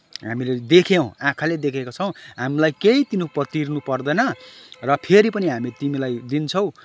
हामीहरूले देख्यौँ आँखाले देखेका छौँ हामीलाई केही तिर्न तिर्न पर्दैन र फेरि पनि हामी तिमीलाई दिन्छौँ